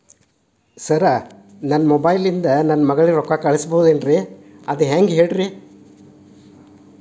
sir ನನ್ನ mobile ಇಂದ ನನ್ನ ಮಗಳಿಗೆ ರೊಕ್ಕಾ ಕಳಿಸಬಹುದೇನ್ರಿ ಅದು ಹೆಂಗ್ ಹೇಳ್ರಿ